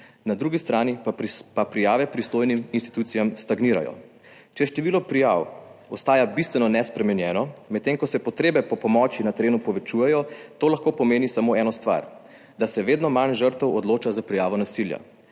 na drugi strani pa prijave pristojnim institucijam stagnirajo. Če število prijav ostaja bistveno nespremenjeno, medtem ko se potrebe po pomoči na terenu povečujejo, to lahko pomeni samo eno stvar – da se vedno manj žrtev odloča za prijavo nasilja.